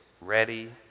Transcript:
ready